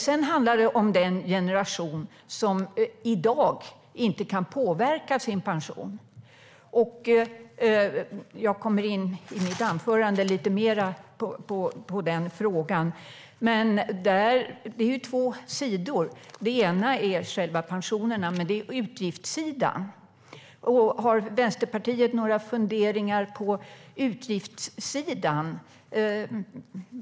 Det handlar också om den generation som inte kan påverka sin pension i dag. Jag kommer att komma in lite mer på den frågan i mitt anförande. Det finns två sidor. Den ena är själva pensionerna. Men det handlar också om utgiftssidan. Har Vänsterpartiet några funderingar på utgiftssidan?